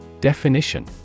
Definition